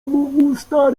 usta